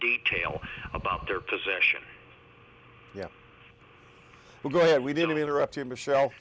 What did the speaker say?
detail about their position yeah we didn't interrupt you michelle